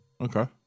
Okay